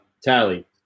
Tally